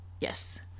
Yes